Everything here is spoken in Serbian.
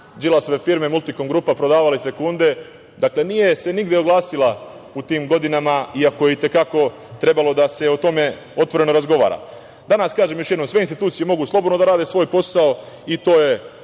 Đilasove firme „Multikom grupa“ prodavali sekunde. Dakle, nije se nigde oglasila u tim godinama, iako je i te kako trebalo da se o tome otvoreno razgovara. Danas, kažem još jednom, sve institucije mogu slobodno da rade svoj posao i to je